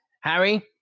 harry